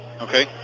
Okay